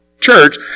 church